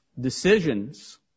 decisions